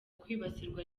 kwibasirwa